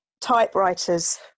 typewriters